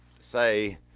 say